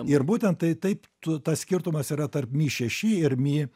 ir būtent tai taip tu tas skirtumas yra tarp mi šeši ir mi